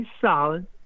solid